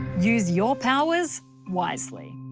use your powers wisely.